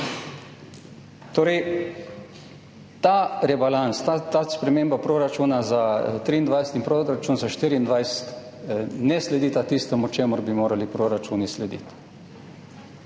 Ta rebalans, ta sprememba proračuna za 2023 in proračun za 2024, ne sledita tistemu, čemur bi morali proračuni slediti.